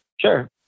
Sure